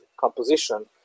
composition